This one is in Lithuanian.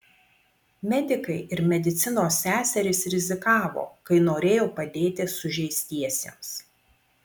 medikai ir medicinos seserys rizikavo kai norėjo padėti sužeistiesiems